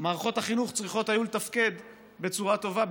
מערכות החינוך היו צריכות לתפקד בצורה טובה,